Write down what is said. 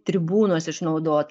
tribūnos išnaudot